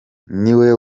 niwe